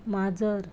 माजर